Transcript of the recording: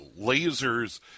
lasers